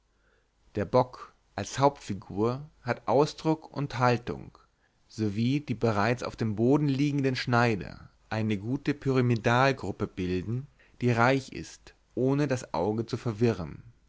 der bock als hauptfigur hat ausdruck und haltung sowie die bereits auf dem boden liegenden schneider eine gute pyramidalgruppe bilden die reich ist ohne das auge zu verwirren